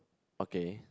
okay